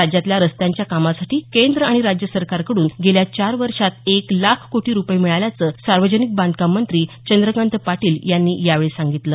राज्यातल्या रस्त्यांच्या कामासाठी केंद्र आणि राज्य सरकारकडून गेल्या चार वर्षात एक लाख कोटी रुपये मिळाल्याचं सार्वजनिक बांधकाम मंत्री चंद्रकांत पाटील यांनी यावेळी सांगितलं